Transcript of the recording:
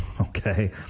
Okay